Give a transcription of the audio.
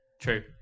True